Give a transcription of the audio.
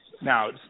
Now